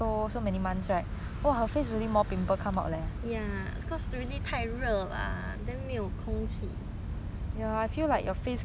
ya cause really 太热 lah then 没有空气